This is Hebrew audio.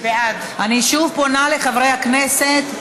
(קוראת בשמות חברי הכנסת)